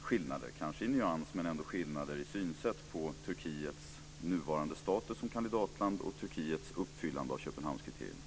skillnader - kanske i nyans, men ändå skillnader - i sättet att se på Turkiets nuvarande status som kandidatland och på Turkiets uppfyllande av Köpenhamnskriterierna.